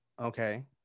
okay